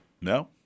No